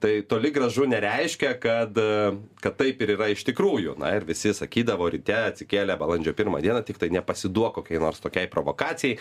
tai toli gražu nereiškia kad kad taip ir yra iš tikrųjų na ir visi sakydavo ryte atsikėlę balandžio pirmą dieną tiktai nepasiduok kokiai nors tokiai provokacijai